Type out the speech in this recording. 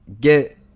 get